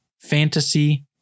fantasy